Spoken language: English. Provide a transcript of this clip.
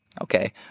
okay